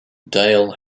dale